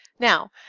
now,